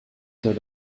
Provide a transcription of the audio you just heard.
third